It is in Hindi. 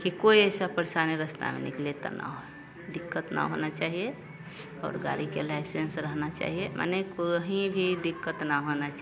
कि कोई ऐसा परेशानी रास्ते में निकले तो नहीं दिक्कत नहीं होना चाहिए और गाड़ी के लाइसेंस रहना चाहिए माने कोई भी दिक्कत नहीं होना चाहिए